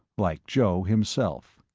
like joe himself.